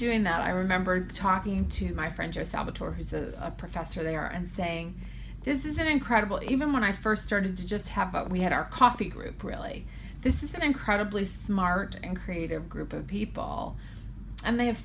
doing that i remember talking to my friends or salvatore he's a professor there and saying this is an incredible even when i st started to just have we had our coffee group really this is an incredibly smart and creative group of people and they have